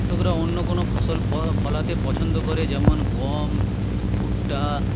কৃষকরা অন্য কোনো ফসল ফলাতে পছন্দ করে যেমন গম ভুট্টা